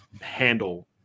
handle